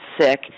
sick